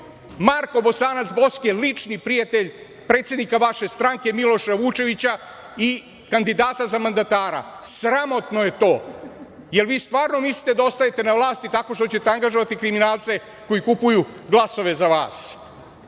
Marko Bosanac Boske lični prijatelj predsednika vaše stranke Miloša Vučevića i kandidata za mandatara. Sramotno je to, jel vi stvarno mislite da ostajete na vlasti tako što ćete angažovati kriminalce koji kupuju glasove za vas?